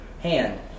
hand